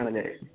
ആണല്ലേ